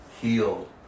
healed